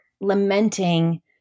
lamenting